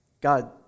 God